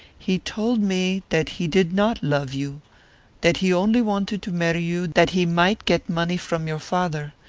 he told me that he did not love you that he only wanted to marry you that he might get money from your father,